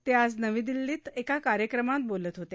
ते आज नवी दिल्ली इथं एका कार्यक्रमात बोलत होते